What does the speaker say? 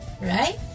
Right